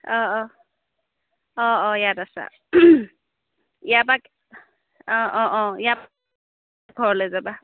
অঁ অঁ অঁ অঁ ইয়াত আছা ইয়াৰ পৰা অঁ অঁ অঁ ইয়াৰ ঘৰলৈ যাবা